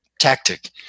tactic